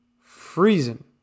freezing